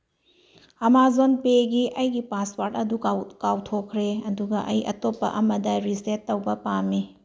Amazon ꯄꯦꯒꯤ ꯑꯩꯒꯤ password ꯑꯗꯨ ꯀꯥꯎꯊꯣꯛꯈ꯭ꯔꯦ ꯑꯗꯨꯒ ꯑꯩ ꯑꯇꯣꯞꯄ ꯑꯃꯗ ꯔꯤꯁꯦꯠ ꯇꯧꯕ ꯄꯥꯝꯃꯤ